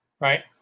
right